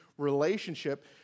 relationship